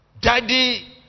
Daddy